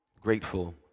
grateful